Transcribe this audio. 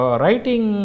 writing